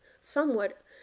somewhat